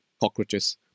cockroaches